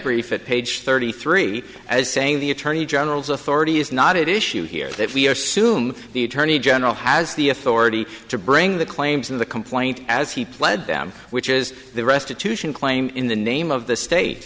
brief it page thirty three as saying the attorney general's authority is not issue here if we assume the attorney general has the authority to bring the claims in the complaint as he pled down which is the restitution claim in the name of the state